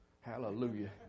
Hallelujah